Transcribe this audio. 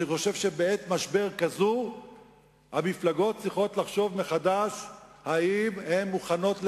אני חושב שבעת משבר כזאת המפלגות צריכות לחשוב מחדש אם הן מוכנות לוותר,